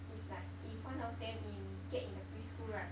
it's like if one of them in get in the pre school right